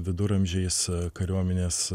viduramžiais kariuomenės